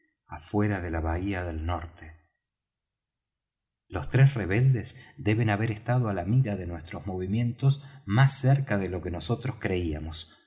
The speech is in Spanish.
afuera de la bahía del norte los tres rebeldes deben haber estado á la mira de nuestros movimientos más cerca de lo que nosotros creíamos